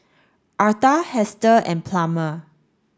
Arta Hester and Plummer